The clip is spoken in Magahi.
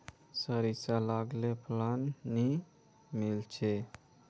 सारिसा लगाले फलान नि मीलचे?